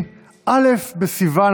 אה, לא סליחה,